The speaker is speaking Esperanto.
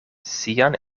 sian